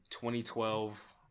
2012